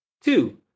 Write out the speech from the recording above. Two